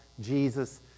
Jesus